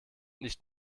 nicht